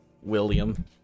William